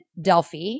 Delphi